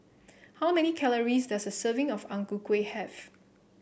how many calories does a serving of Ang Ku Kueh have